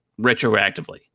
retroactively